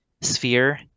sphere